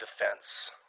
defense